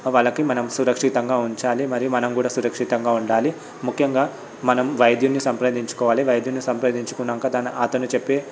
వాళ్ళకి మనం సురక్షితంగా ఉంచాలి మరి మనం కూడా సురక్షితంగా ఉండాలి ముఖ్యంగా మనం వైద్యుని సంప్రదించుకోవాలి వైద్యుని సంప్రదించుకున్నాంక తన అతని చెప్పే